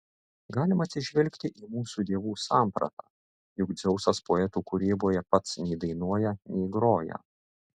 galima atsižvelgti į mūsų dievų sampratą juk dzeusas poetų kūryboje pats nei dainuoja nei groja